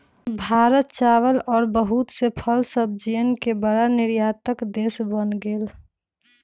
भारत चावल और बहुत से फल सब्जियन के बड़ा निर्यातक देश बन गेलय